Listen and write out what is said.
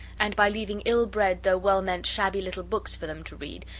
and by leaving ill-bred though well-meant shabby little books for them to read,